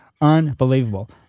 unbelievable